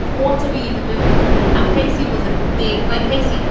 quarter, we even doing um pacey was a bit like pacey.